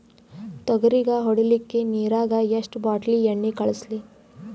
ತೊಗರಿಗ ಹೊಡಿಲಿಕ್ಕಿ ನಿರಾಗ ಎಷ್ಟ ಬಾಟಲಿ ಎಣ್ಣಿ ಕಳಸಲಿ?